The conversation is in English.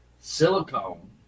silicone